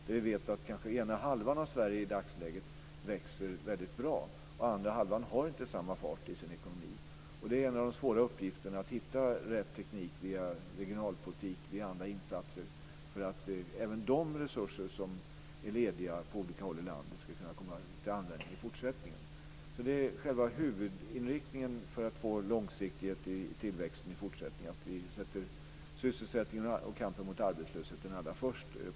Vi vet att i dagsläget kanske den ena halvan av Sverige växer väldigt bra, medan den andra halvan inte har samma fart i sin ekonomi. En av de svåra uppgifterna är att hitta rätt teknik via regionalpolitik och via andra insatser för att även de resurser som är lediga på olika håll i landet ska kunna komma till användning i fortsättningen. Huvudinriktningen för att i fortsättningen få en långsiktighet i tillväxten är att vi sätter sysselsättningen och kampen mot arbetslösheten allra först på dagordningen.